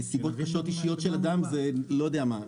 נסיבות אישיות קשות של אדם זה לא יודע מה.